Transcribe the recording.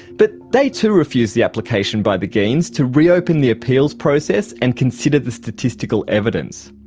but they too refused the application by the geens to reopen the appeals process and consider the statistical evidence.